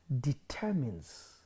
determines